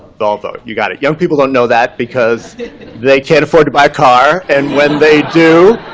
volvo. you got it. young people don't know that, because they can't afford to buy a car, and when they do,